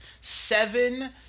Seven